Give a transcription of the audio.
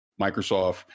Microsoft